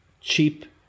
cheap